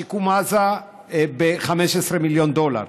שיקום עזה ב-15 מיליון דולר,